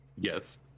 Yes